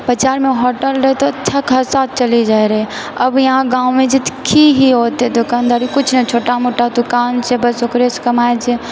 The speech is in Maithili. पचारमे होटल रहू तऽ अच्छा खासा चली जाय रहै अब यहाँ गाँवमे छी तऽ की हियो ओते दोकनदारी किछु नहि छोटा मोटा दोकानदारी छै बस ओकरेसँ कमाइ छी